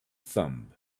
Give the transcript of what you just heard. thumb